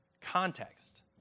Context